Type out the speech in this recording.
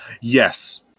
Yes